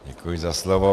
Děkuji za slovo.